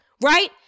Right